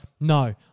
no